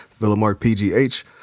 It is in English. VillaMarkPGH